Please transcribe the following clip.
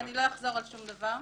אני לא אחזור על שום דבר.